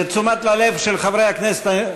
לתשומת לבם של חברי הכנסת,